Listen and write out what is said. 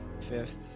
fifth